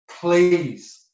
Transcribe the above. Please